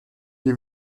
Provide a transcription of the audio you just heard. die